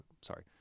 sorry